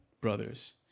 brothers